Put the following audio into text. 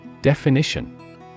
Definition